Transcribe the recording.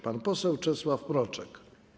Pan poseł Czesław Mroczek.